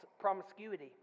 promiscuity